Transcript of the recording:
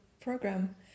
program